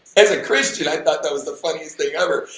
as a christian, i thought that was the funniest thing ever,